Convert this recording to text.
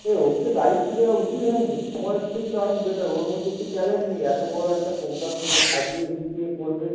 ও ওকে দায়িত্ব দেওয়া উচিত হয় নি সমরেশকে দিলে অনেক বেটার ওর মধ্যে সেই ট্যালেন্ট নেই এত বড়ো একটা প্রোগ্রামকে ও সাজিয়ে গুছিয়ে করবে